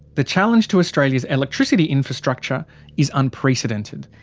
the challenge to australia's electricity infrastructure is unprecedented.